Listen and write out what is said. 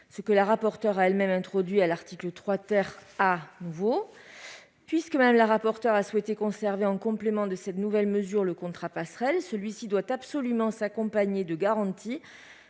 que la rapporteure a elle-même introduite à l'article 3 A nouveau. Puisque Mme la rapporteure a souhaité conserver, en complément de cette nouvelle mesure, le contrat passerelle, celui-ci doit absolument s'accompagner de garanties